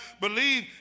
believe